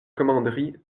commanderie